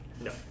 no